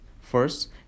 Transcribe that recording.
First